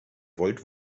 wollt